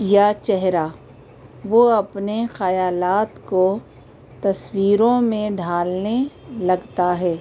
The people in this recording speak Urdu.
یا چہرہ وہ اپنے خیالات کو تصویروں میں ڈھالنے لگتا ہے